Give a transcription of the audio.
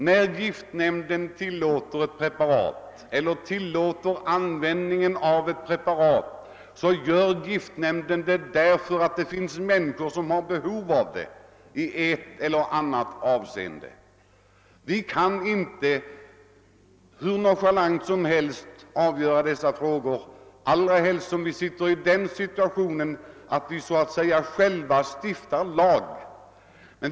När giftnämnden tillåter användningen av elt preparat sker det på grund av att det finns människor som har behov av det för ett eller annat ändamål. Vi kan inte hur nonchalant som helst avgöra dessa frågor, allra helst som vi befinner oss i den situationen att vi så att säga själva stiftar lagarna.